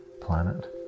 planet